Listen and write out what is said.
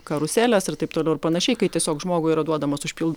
karuselės ir taip toliau ir panašiai kai tiesiog žmogui yra duodamas užpild